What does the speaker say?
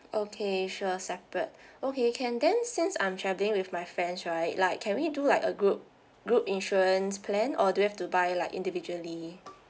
okay sure separate okay can then since I'm travelling with my friends right like can we do like a group group insurance plan or do we have to buy like individually